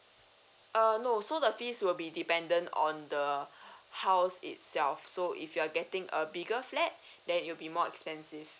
err no so the fees will be dependent on the house itself so if you're getting a bigger flat then it'll be more expensive